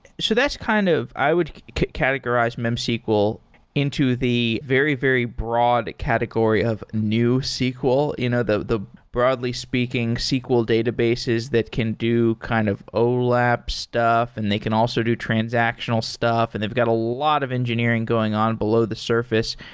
that's kind of i would categorize memsql into the very, very broad category of new sql. you know the the broadly speaking sql databases that can do kind of olap stuff and they can also do transactional stuff, and they've got a lot of engineering going on below the surface.